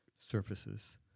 surfaces—